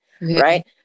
right